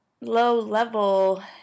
low-level